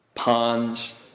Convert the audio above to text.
ponds